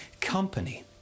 company